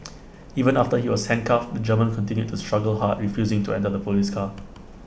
even after he was handcuffed the German continued to struggle hard refusing to enter the Police car